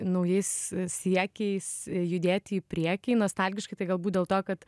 naujais siekiais judėti į priekį nostalgiškai tai galbūt dėl to kad